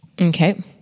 Okay